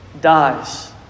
dies